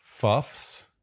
fuffs